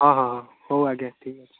ହଁ ହଁ ହଁ ହଉ ଆଜ୍ଞା ଠିକ୍ ଅଛି